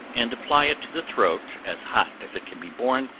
and apply it to the throat as hot as it can be borne,